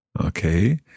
Okay